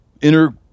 inner